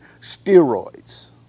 steroids